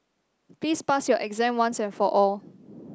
please pass your exam once and for all